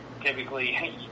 typically